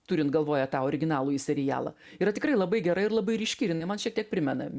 turint galvoje tą originalųjį serialą yra tikrai labai gera ir labai ryški ir jinai man šiek tiek primena